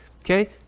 Okay